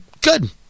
Good